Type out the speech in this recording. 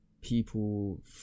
people